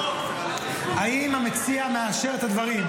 האם המציע מאשר את הדברים?